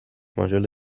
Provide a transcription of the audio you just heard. ماژول